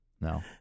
No